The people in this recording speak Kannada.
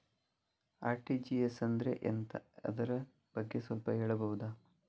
ಆರ್.ಟಿ.ಜಿ.ಎಸ್ ಅಂದ್ರೆ ಎಂತ ಅದರ ಬಗ್ಗೆ ಸ್ವಲ್ಪ ಹೇಳಬಹುದ?